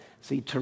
see